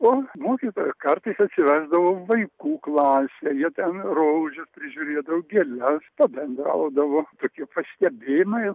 o mokytoja kartais atsivesdavo vaikų klasę jie ten rožes prižiūrėdavo gėles pabendraudavo tokie pastebėjimai